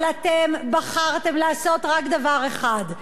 אבל אתם בחרתם לעשות רק דבר אחד: